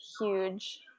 huge